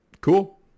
Cool